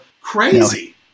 crazy